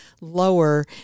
lower